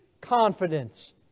confidence